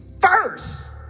first